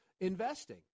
investing